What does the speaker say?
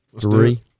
three